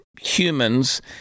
humans